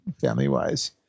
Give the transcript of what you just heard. family-wise